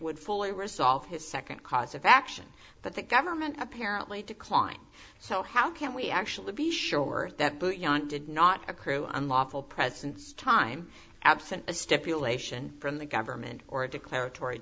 would fully resolve his nd cause of action but the government apparently declined so how can we actually be sure that did not accrue unlawful presence time absent a stipulation from the government or a declarator